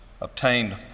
obtained